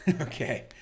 Okay